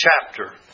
chapter